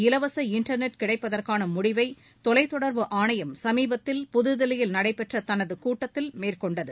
இலவச இண்டர்நெட் கிடைப்பதற்கான முடிவை தொலைத் தொடர்பு ஆணையம் சமீபத்தில் புதுதில்லியில் நடைபெற்ற தனது கூட்டத்தில் மேற்கொண்டது